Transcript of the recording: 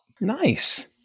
Nice